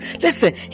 Listen